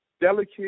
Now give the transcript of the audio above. delicate